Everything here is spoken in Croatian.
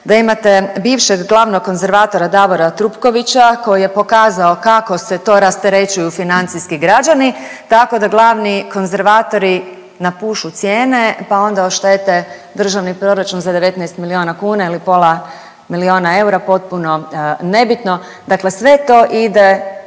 da imate bivšeg glavnog konzervatora Davora Trupkovića koji je pokazao kako se to rasterećuju financijski građani tako da glavni konzervatori napušu cijene pa onda oštete državni proračun za 19 miliona kuna ili pola miliona eura potpuno nebitno. Dakle, sve to ide